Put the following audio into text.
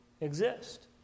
exist